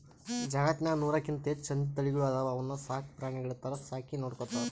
ಜಗತ್ತ್ನಾಗ್ ನೂರಕ್ಕಿಂತ್ ಹೆಚ್ಚ್ ಹಂದಿ ತಳಿಗಳ್ ಅದಾವ ಅವನ್ನ ಸಾಕ್ ಪ್ರಾಣಿಗಳ್ ಥರಾ ಸಾಕಿ ನೋಡ್ಕೊತಾರ್